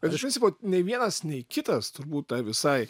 bet aš principo nei vienas nei kitas turbūt tai visai